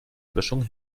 böschung